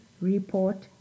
report